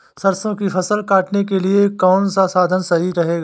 सरसो की फसल काटने के लिए कौन सा साधन सही रहेगा?